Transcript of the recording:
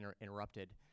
interrupted